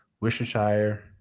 Worcestershire